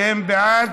שהם בעד.